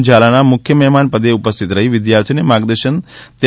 ઝાલાના મુખ્ય મહેમાન પદે ઉપસ્થિત રહી વિદ્યાર્થીઓને માર્ગદર્શન હતું